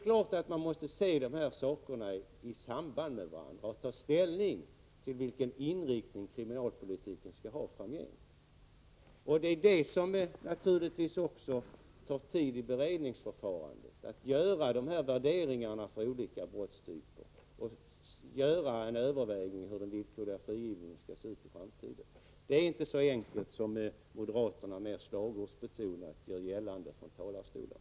Dessa saker måste naturligtvis ses i samband med varandra, när man tar ställning till vilken inriktning kriminalpolitiken framgent skall ha. Naturligtvis tar det tid i beredningsförfarandet att göra dessa värderingar för olika brottstyper och att överväga hur reglerna för den villkorliga frigivningen i framtiden skall utformas. Det är inte så enkelt som moderaternas slagordmässigt gör gällande från talarstolar.